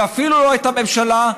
ואפילו לא את הממשלה.